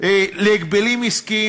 להגבלים עסקיים,